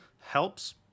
helps